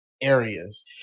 areas